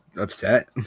Upset